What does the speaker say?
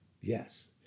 Yes